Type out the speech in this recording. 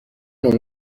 اون